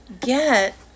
get